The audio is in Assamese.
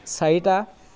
চাৰিটা